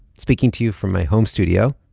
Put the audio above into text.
speaking to you from my home studio,